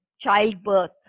childbirth